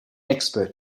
expert